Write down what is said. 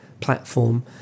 Platform